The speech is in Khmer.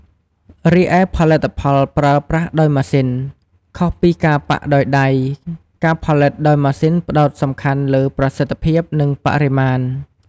រីឯ ផលិតផលប្រើប្រាស់ដោយម៉ាស៊ីន ខុសពីការប៉ាក់ដោយដៃ ការផលិតដោយម៉ាស៊ីនផ្តោតសំខាន់លើ ប្រសិទ្ធភាព និង បរិមាណ។